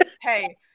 Hey